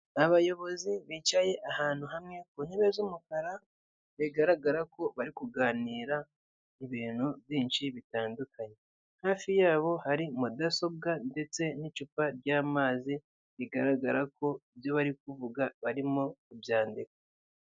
Abayobozi bicaye ahantu hamwe ku ntebe z'umukara bigaragara ko bari kuganira n'ibintu byinshi bitandukanye, hafi yabo hari mudasobwa ndetse n'icupa ry'amazi bigaragara ko ibyo bari kuvuga barimo kubyandika.